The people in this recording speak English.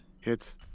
Hits